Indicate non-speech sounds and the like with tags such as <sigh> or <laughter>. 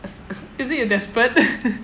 <noise> is it you desperate <noise>